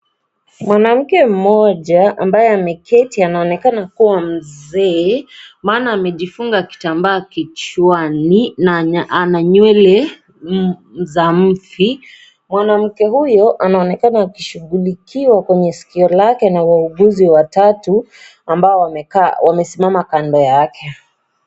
Mwanamke mmoja, ambaye ameketi anaoneka kuwa mzee, maana amejifunga kitambaa kichwani na ana nywele za mvi. Mwanamke huyo, anaonekana kushughulikiwa kwenye sikio lake na wauguzi watatu, ambao wamesimama kando yake.